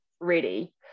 ready